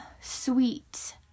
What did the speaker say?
sweet